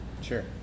Sure